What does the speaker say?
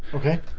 okay?